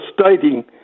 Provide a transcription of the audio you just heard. stating